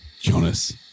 Jonas